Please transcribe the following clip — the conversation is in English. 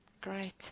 Great